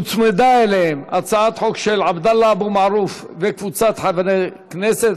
הוצמדה אליהם הצעת חוק של עבדאללה אבו מערוף וקבוצת חברי הכנסת.